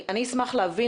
אני אשמח להבין,